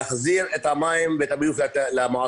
להחזיר את המים ואת הביוב למועצות.